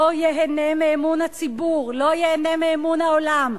לא ייהנה מאמון הציבור, לא ייהנה מאמון העולם.